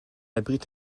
abrite